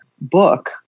book